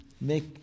make